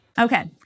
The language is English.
Okay